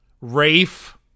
Rafe